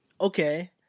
okay